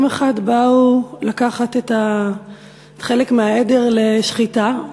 יום אחד באו לקחת חלק מהעדר לשחיטה,